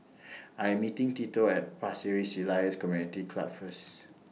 I Am meeting Tito At Pasir Ris Elias Community Club First